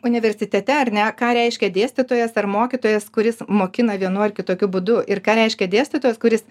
universitete ar ne ką reiškia dėstytojas ar mokytojas kuris mokina vienu ar kitokiu būdu ir ką reiškia dėstytojas kuris